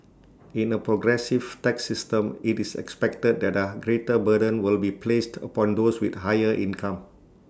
in A progressive tax system IT is expected that A greater burden will be placed upon those with higher income